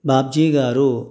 బాబ్జీ గారు